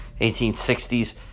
1860s